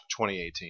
2018